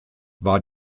war